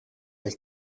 del